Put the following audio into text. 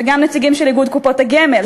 וגם נציגים של איגוד קופות הגמל,